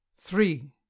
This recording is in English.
three